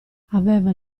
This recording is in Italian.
aveva